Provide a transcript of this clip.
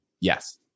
yes